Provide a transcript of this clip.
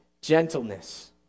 gentleness